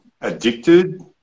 addicted